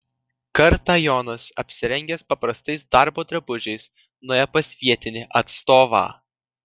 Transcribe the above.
kartą jonas apsirengęs paprastais darbo drabužiais nuėjo pas vietinį atstovą